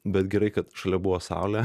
bet gerai kad šalia buvo saulę